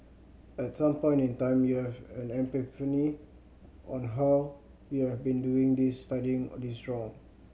at some point in time you have an epiphany on how you have been doing this studying this wrong